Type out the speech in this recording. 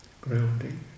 grounding